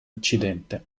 occidente